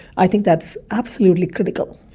i think that's absolutely critical.